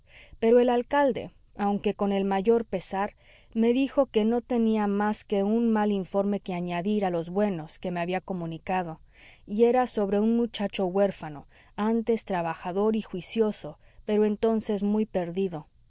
pero el alcalde aunque con el mayor pesar me dijo que no tenía más que un mal informe que añadir a los buenos que me había comunicado y era sobre un muchacho huérfano antes trabajador y juicioso pero entonces muy perdido